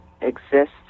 exists